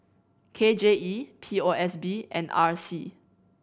K J E P O S B and R C